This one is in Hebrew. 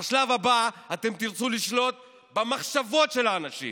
בשלב הבא אתם תרצו לשלוט במחשבות של האנשים.